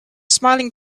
smiling